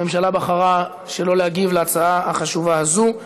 הממשלה בחרה שלא להגיב על ההצעה החשובה הזאת.